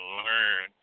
learn